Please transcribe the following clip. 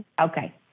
Okay